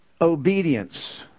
Obedience